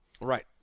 Right